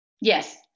Yes